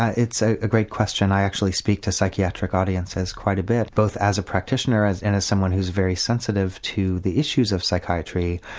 ah it's a a great question, i actually speak to psychiatric audiences quite a bit, both as a practitioner and as someone who's very sensitive to the issues of psychiatry.